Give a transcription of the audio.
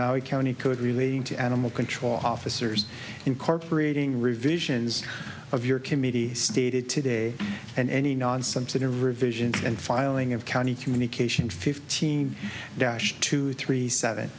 maui county could relating to animal control officers incorporating revisions of your committee stated today and any nonsense in a revision and filing of county communication fifteen dash two three seven